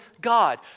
God